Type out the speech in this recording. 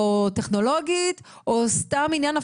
טכנולוגית או סתם עניין.